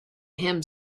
him